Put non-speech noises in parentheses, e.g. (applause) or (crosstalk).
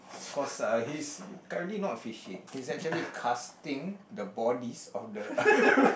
cause uh he's currently not fishing he's actually casting the bodies of the (laughs)